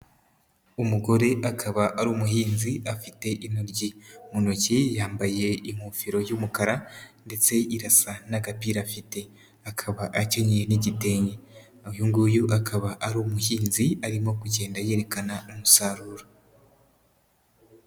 Umugore akaba ari umuhinzi afite intoryi mu ntoki, yambaye ingofero y'umukara ndetse irasa n'agapira afite, akaba akenyeye n'igitenge, uyu nguyu akaba ari umuhinzi arimo kugenda yerekana umusaruro.